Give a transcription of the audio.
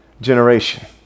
generation